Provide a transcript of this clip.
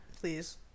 please